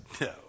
no